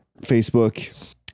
Facebook